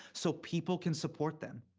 so people can support them.